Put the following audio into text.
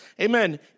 amen